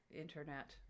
internet